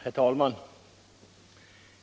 Herr talman!